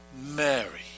Mary